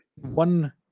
one